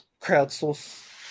crowdsource